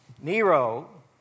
Nero